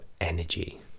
energy